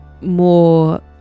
more